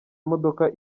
imodoka